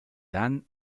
dan